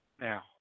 now